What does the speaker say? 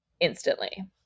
instantly